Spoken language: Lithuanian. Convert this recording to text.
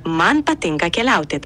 man patinka keliauti